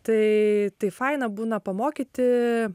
tai tai faina būna pamokyti